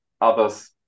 Others